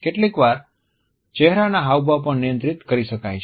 કેટલીકવાર ચહેરાના હાવભાવ પણ નિયંત્રિત કરી શકાય છે